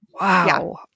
Wow